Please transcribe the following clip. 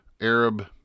Arab